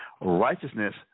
righteousness